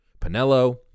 Pinello